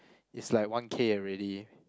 it's like one K already